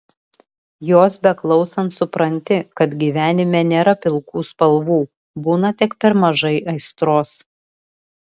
jos beklausant supranti kad gyvenime nėra pilkų spalvų būna tik per mažai aistros